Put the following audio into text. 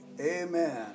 Amen